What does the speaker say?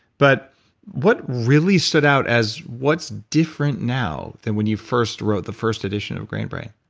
but what really stood out as what's different now than when you first wrote the first edition of grain brain?